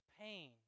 pain